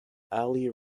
ali